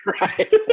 Right